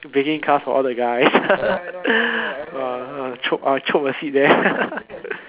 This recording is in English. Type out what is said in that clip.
baking class for all the guys I'll chope I'll chope a seat there